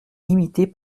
imitées